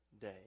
day